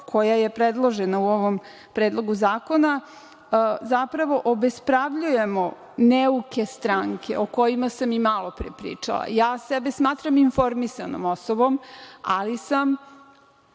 koja je predložena u ovom predlogu zakona zapravo obespravljujemo neuke stranke o kojima sam i malopre pričala. Ja sebe smatram informisanom osobom, ali sam